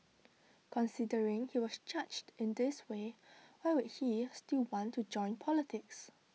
considering he was judged in this way why would he still want to join politics